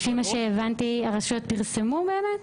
--- לפי מה שהבנתי הרשויות פרסמו באמת?